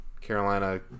Carolina